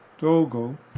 Dogo